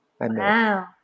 Wow